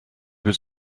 was